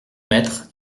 maître